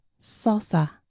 salsa